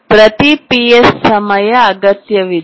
ಪ್ರತಿ Ps ಸಮಯ ಅಗತ್ಯವಿದೆ